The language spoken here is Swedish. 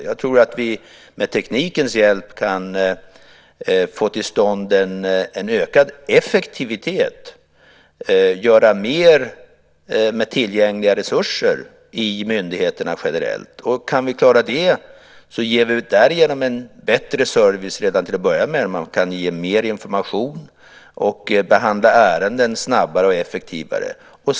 Jag tror att vi med teknikens hjälp kan få till stånd en ökad effektivitet och göra mer med tillgängliga resurser i myndigheterna generellt. Kan vi klara det ger vi därigenom en bättre service där man kan ge mer information och behandla ärenden snabbare och effektivare.